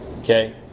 Okay